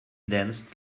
danced